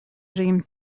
dream